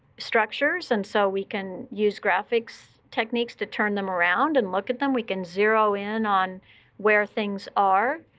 structures. and so we can use graphics techniques to turn them around and look at them. we can zero in on where things are.